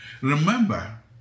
Remember